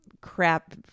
crap